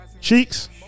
cheeks